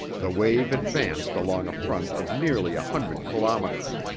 the wave advanced along a front of nearly a hundred kilometers.